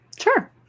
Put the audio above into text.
Sure